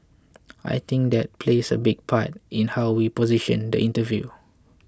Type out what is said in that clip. I think that plays a big part in how we position the interview